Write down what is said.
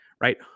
right